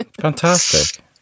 Fantastic